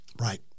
Right